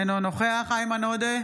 אינו נוכח איימן עודה,